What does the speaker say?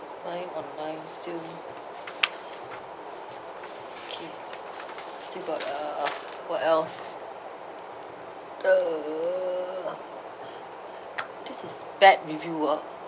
buying online still okay still got uh what else err this is bad review ah